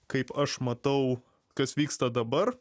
kaip aš matau kas vyksta dabar